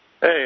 Hey